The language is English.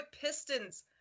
Pistons